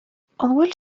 bhfuil